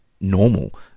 normal